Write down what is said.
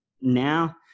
now